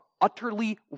utterly